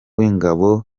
w’ingabo